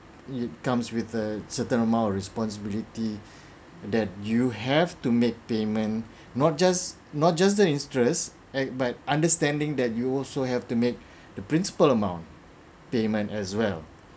it comes with a certain amount of responsibility that you have to make payment not just not just the interest ec~ by understanding that you also have to make the principal amount payment as well